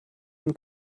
and